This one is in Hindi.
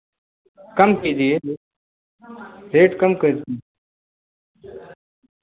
कम कीजिए रेट कम कर